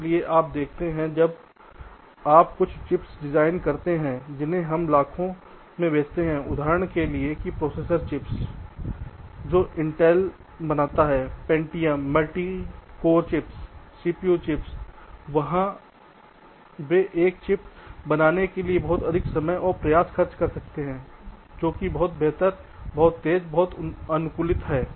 इसलिए आप देखते हैं कि जब आप कुछ चिप्स डिज़ाइन करते हैं जिन्हें हम लाखों में बेचते हैं उदाहरण के लिए प्रोसेसर चिप्स जो इंटेल बनता है Pentium multicore chips CPU chips वहां वे एक चिप बनाने के लिए बहुत अधिक समय और प्रयास खर्च कर सकते हैं जो कि बहुत बेहतर बहुत तेज बहुत अनुकूलन है